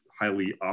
highly